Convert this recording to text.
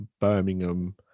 Birmingham